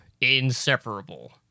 inseparable